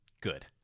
good